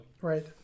Right